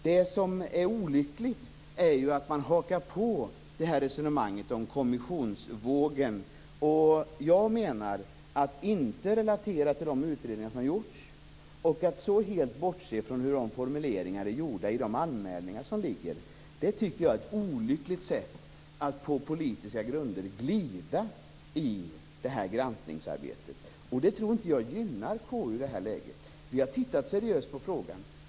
Det som är olyckligt är att man hakar på resonemanget om kommissionsvågen. Att inte relatera till de utredningar som har gjorts och att så helt bortse från formuleringarna i de anmälningar som finns är ett olyckligt sätt att på politiska grunder "glida" i granskningsarbetet. Det tror jag inte gynnar KU. Vi har tittat seriöst på frågan.